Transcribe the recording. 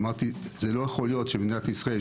אמרתי שלא יכול להיות שבמדינת ישראל,